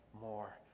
more